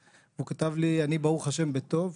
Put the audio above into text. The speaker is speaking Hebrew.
והוא כתב לי אני ברוך השם בטוב,